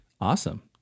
Awesome